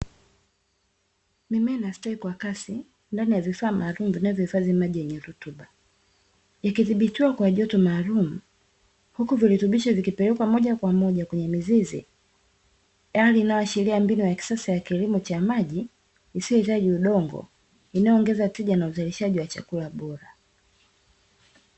Mimea inastawi kwa kasi, ndani ya vifaa maalumu vinavyohifadhi maji yenye rutuba. Ikidhibitiwa kwa joto maalumu, huku virutubisho vikipelekwa moja kwa moja kwenye mizizi. Hali inayoashiria mbinu ya kisasa ya kilimo cha maji, isiyohitaji udongo, inayo ongeza tija na uzalishaji wa chakula bora.